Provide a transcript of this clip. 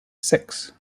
six